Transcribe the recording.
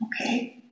okay